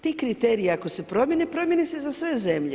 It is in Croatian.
Ti kriteriji ako se promijene, promijene se za sve zemlje.